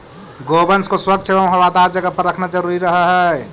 गोवंश को स्वच्छ एवं हवादार जगह पर रखना जरूरी रहअ हई